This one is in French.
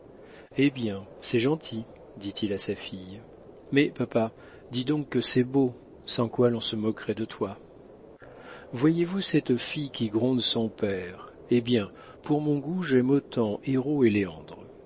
eh bien c'est gentil dit-il à sa fille mais papa dis donc que c'est beau sans quoi l'on se moquerait de toi voyez-vous cette fille qui gronde son père eh bien pour mon goût j'aime autant héro et léandre